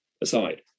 aside